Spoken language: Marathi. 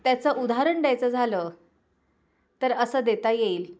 त्याचं उदाहरण द्यायचं झालं तर असं देता येईल